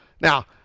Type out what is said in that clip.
Now